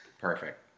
Perfect